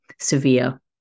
severe